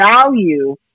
value